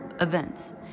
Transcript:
events